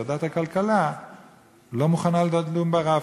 ועדת הכלכלה לא מוכנה לדון ב"רב-קו".